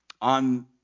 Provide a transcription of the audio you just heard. on